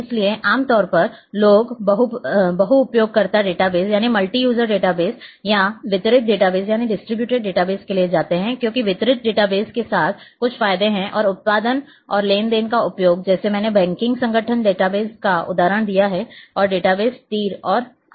इसलिए आम तौर पर लोग बहुउपयोगकर्ता डेटाबेस और वितरित डेटाबेस के लिए जाते हैं क्योंकि वितरित डेटाबेस के साथ कुछ फायदे हैं और उत्पादन और लेन देन का उपयोग जैसे मैंने बैंकिंग संगठन डेटाबेस का उदाहरण दिया है और डेटाबेस तीर और अन्य चीजें भी हैं